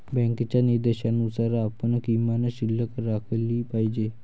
बँकेच्या निर्देशानुसार आपण किमान शिल्लक राखली पाहिजे